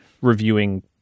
reviewing